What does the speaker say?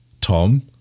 tom